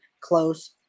close